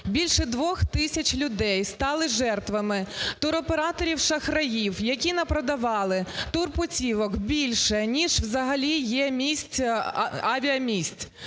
Більше двох тисяч людей стали жертвами туроператорів-шахраїв, якінапродавали турпутівок більше, ніж взагалі є місць,